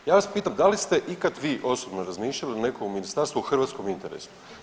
Ja vas pitam da li ste ikad vi osobno razmišljali ili netko u Ministarstvu o hrvatskom interesu?